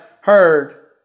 heard